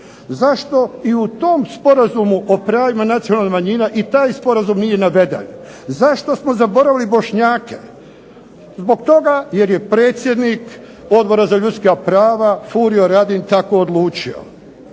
Zašto i u tom sporazumu o pravima nacionalnih manjina i taj sporazum nije naveden? Zašto smo zaboravili Bošnjake? Zbog toga jer je predsjednik Odbora za ljudska prava Furio Radin tako odlučio.